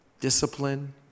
discipline